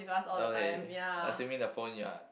okay assuming the phone ya